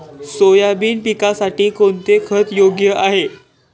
Soybean पिकासाठी कोणते खत योग्य आहे?